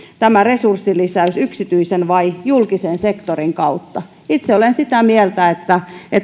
tämä resurssilisäys yksityisen vai julkisen sektorin kautta itse olen sitä mieltä että